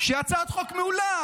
הצעת חוק מעולה,